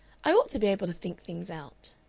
i ought to be able to think things out.